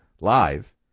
live